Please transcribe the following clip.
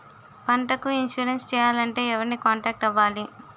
పంటకు ఇన్సురెన్స్ చేయాలంటే ఎవరిని కాంటాక్ట్ అవ్వాలి?